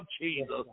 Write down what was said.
Jesus